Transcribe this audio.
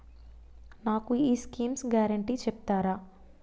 నాకు ఈ schemes guarantee చెప్తారా?